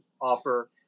offer